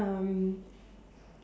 um